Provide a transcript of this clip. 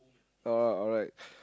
uh alright